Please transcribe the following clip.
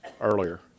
earlier